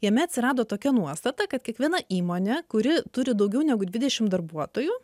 jame atsirado tokia nuostata kad kiekviena įmonė kuri turi daugiau negu dvidešim darbuotojų